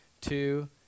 two